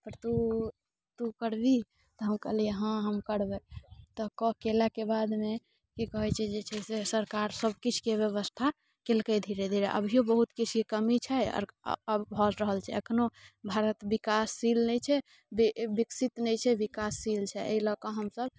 पर तू तू करबिही तऽ हम कहलियै हँ हम करबै तऽ कऽ केलाके बादमे की कहै छै जे छै से सरकार सभकिछुके व्यवस्था केलकै धीरे धीरे अभियो बहुत किछुके कमी छै आओर भऽ रहल छै एखनहु भारत विकासशील नहि छै वि विकसित नहि छै विकासशील छै एहि लऽ कऽ हमसभ